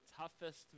toughest